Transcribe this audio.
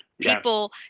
People